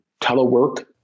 telework